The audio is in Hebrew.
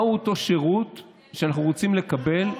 מהו אותו שירות שאנחנו רוצים לקבל,